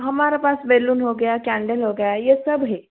हमारे पास बेलून हो गया कैन्डल हो गया ये सब हैं